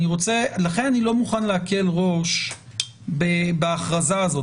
לכן אני לא מוכן להקל ראש בהכרזה הזאת.